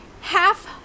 half